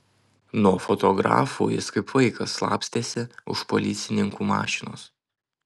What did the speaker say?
nuo fotografų jis kaip vaikas slapstėsi už policininkų mašinos